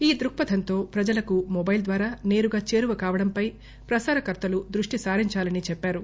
ఈ దృక్పథంతో ప్రజలకు మొబైల్ ద్వారా నేరుగా చేరువ కావడంపై ప్రసారకర్తలు దృష్టి సారించాలని చెప్పారు